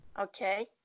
Okay